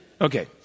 Okay